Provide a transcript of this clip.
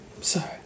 sorry